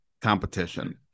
competition